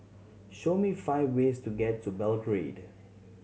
show me five ways to get to Belgrade